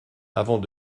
avant